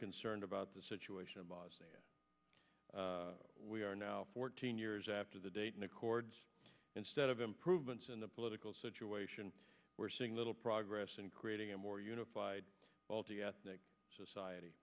concerned about the situation in bosnia we are now fourteen years after the dayton accords instead of improvements in the political situation we're seeing little progress in creating a more unified multi ethnic society